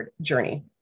journey